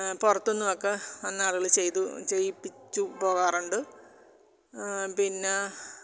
പുറത്തു നിന്നുമൊക്കെ വന്ന് ആളുകൾ ചെയ്തു ചെയ്യിപ്പിച്ചു പോകാറുണ്ട് പിന്നെ